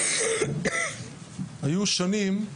היו שנים,